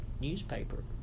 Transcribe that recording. newspaper